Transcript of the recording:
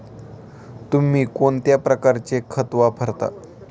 तुम्ही कोणत्या प्रकारचे खत वापरता?